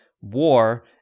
war